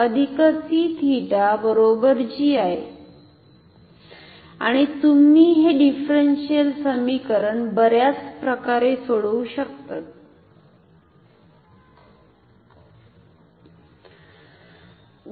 आणि तुम्ही हे डिफरनशिअल समीकरण बर्याच प्रकारे सोडवु शकतात